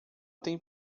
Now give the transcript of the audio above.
tem